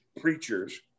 preachers